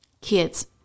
Kids